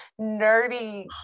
nerdy